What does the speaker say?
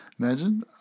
Imagine